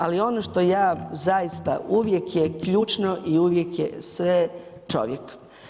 Ali ono što ja zaista, uvijek je ključno i uvijek je sve čovjek.